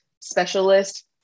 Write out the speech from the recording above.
specialist